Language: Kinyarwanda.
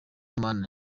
mana